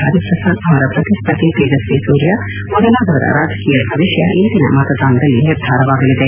ಹರಿಪ್ರಸಾದ್ ಅವರ ಪ್ರತಿಸ್ವರ್ಧಿ ತೇಜಸ್ವಿ ಸೂರ್ಯ ಮೊದಲಾದವರ ರಾಜಕೀಯ ಭವಿಷ್ಯ ಇಂದಿನ ಮತದಾನದಲ್ಲಿ ನಿರ್ಧಾರವಾಗಲಿದೆ